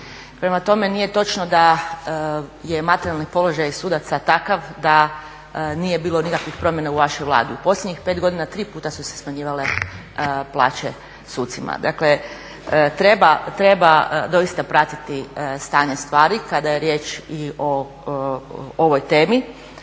Prema tome, nije točno da je materijalni položaj sudaca takav da nije bilo nikakvih promjena u vašoj Vladi. U posljednjih 5 godina tri puta su se smanjivale plaće sucima. Dakle, treba doista pratiti stanje stvari kada je riječ i o ovoj temi,